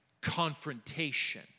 confrontation